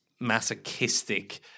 masochistic